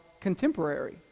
contemporary